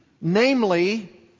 Namely